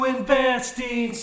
Investing